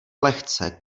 lehce